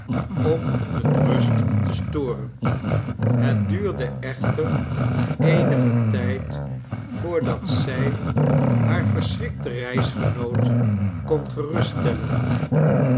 om hunne rust te storen het duurde echter eenigen tijd voordat zij haar verschrikten reisgenoot kon